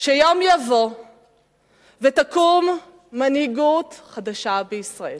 שיום יבוא ותקום מנהיגות חדשה בישראל.